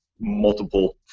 multiple